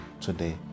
today